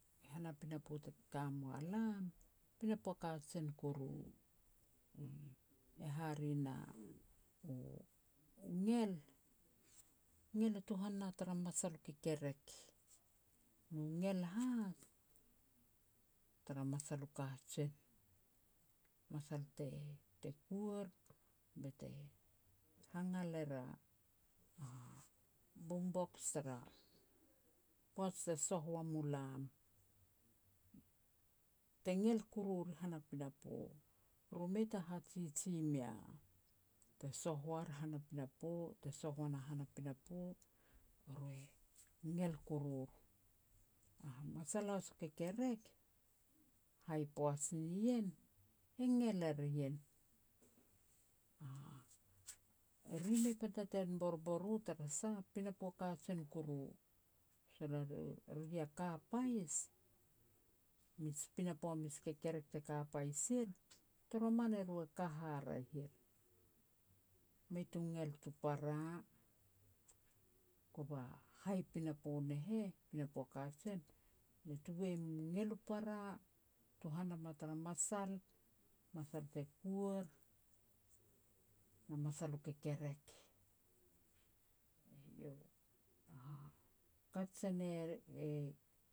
Han a pinapo te ka mua lam, pinapo a kajen kuru, uuh. E hare na u ngel, ngel e tuhan na tara masal u kekerek, nu ngel has tara masal u kajen, masal te kuer, bete hangal er a-a boom box tara poaj te soh ua mu lam, be te ngel kurur tara han a pinapo. Ru mei ta hajiji mea te soh uar han a pinapo, te soh ua na pinapo, ru e ngel kurur. A masal has u kekerek, hai poaj nien, e ngel er ien. Eri mei ta ten bor u, tara sah, pinapo a kajen kuru. Sol eru, eri ia ka pais, pinapo a mij kekerek te ka pais er, toromn eru e ka haraeh er, mei tu ngel tu para. Kova hai pinapo ne heh, pinapo a kajen, le tuvei mu ngel u para, tuhan nam a tara masal, masal te kuar, na masal u kekerek, eiau. Kat se ne e